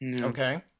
Okay